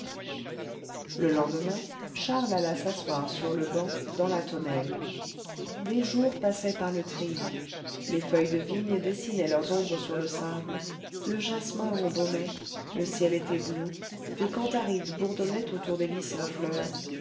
le lendemain charles alla s'asseoir sur le banc dans la tonnelle des jours passaient par le treillis les feuilles de vigne dessinaient leurs ombres sur le sable le jasmin embaumait le ciel était bleu des cantharides bourdonnaient autour des lis en fleur